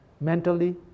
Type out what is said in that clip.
mentally